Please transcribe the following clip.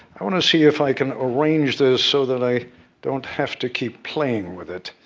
i want to see if i can arrange this so that i don't have to keep playing with it.